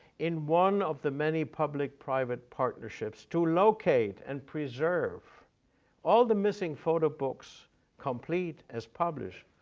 in one of the many public-private partnerships to locate and preserve all the missing photo books complete as published,